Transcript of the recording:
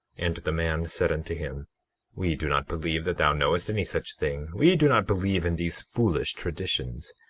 and the man said unto him we do not believe that thou knowest any such thing. we do not believe in these foolish traditions.